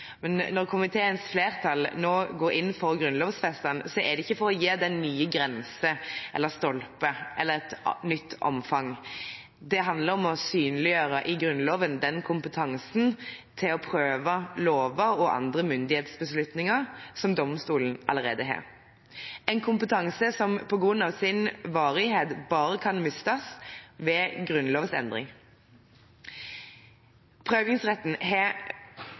men når komiteens flertall nå går inn for å grunnlovfeste den, er det ikke for å gi den nye grenser eller stolper eller et nytt omfang. Det handler om å synliggjøre i Grunnloven den kompetansen til å prøve lover og andre myndighetsbeslutninger som domstolene allerede har, en kompetanse som på grunn av sin varighet bare kan mistes ved grunnlovsendring. Prøvingsretten har